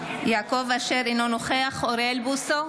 אשר, אינו נוכח אוריאל בוסו,